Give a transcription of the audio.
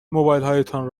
موبایلهایتان